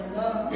love